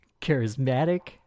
charismatic